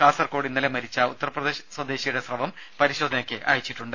കാസർകോട് ഇന്നലെ മരിച്ച ഉത്തർപ്രദേശ് സ്വദേശിയുടെ സ്രവം പരിശോധനയ്ക്കയച്ചിട്ടുണ്ട്